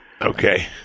Okay